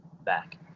back